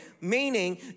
meaning